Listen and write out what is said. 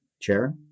chair